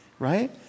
Right